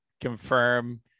confirm